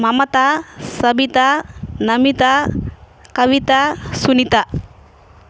Mamata Sabita Namita Kavita Sunitha